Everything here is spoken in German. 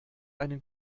einen